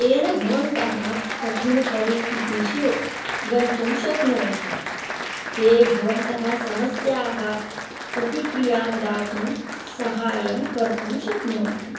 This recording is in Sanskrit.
येन भवन्तः कठिन परिस्थितिषु गन्तुं शक्नुवन्ति ते भवन्तः समस्याः प्रतिक्रियां दातुं सहाय्यं कर्तुं शक्नुवन्ति